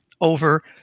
over